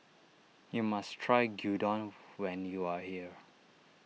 you must try Gyudon when you are here